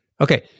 Okay